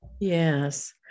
Yes